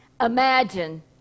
Imagine